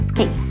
Okay